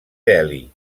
delhi